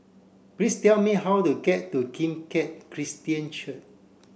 please tell me how to get to Kim Keat Christian